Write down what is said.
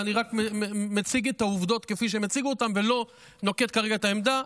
ואני רק מציג את העובדות כפי שהם הציגו אותן ולא נוקט כרגע עמדה,